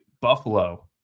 Buffalo